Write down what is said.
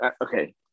okay